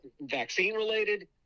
vaccine-related